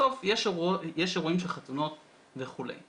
בסוף יש אירועים וחתונות וכולי,